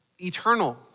eternal